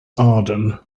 arden